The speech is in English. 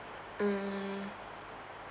mm